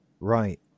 Right